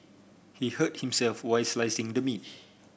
he hurt himself while slicing the meat